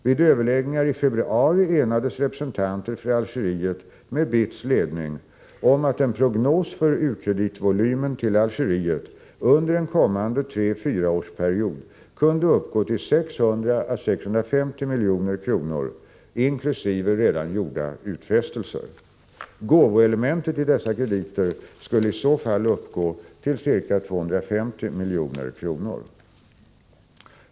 Vid överläggningar i februari månad enades representanter för Algeriet med BITS ledning om att en prognos för u-kreditvolymen till Algeriet under en kommande trefyraårsperiod kunde uppgå till 600-650 milj.kr. inkl. redan gjorda utfästelser. Gåvoelementet i dessa krediter skulle i så fall uppgå till ca 250 milj.kr.